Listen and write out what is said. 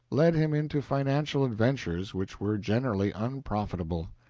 led him into financial adventures which were generally unprofitable.